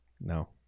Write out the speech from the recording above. no